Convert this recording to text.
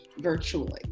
virtually